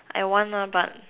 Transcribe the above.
I want lah but